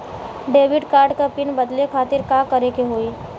Debit card क PIN बदले खातिर का करेके होई?